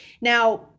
Now